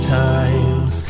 times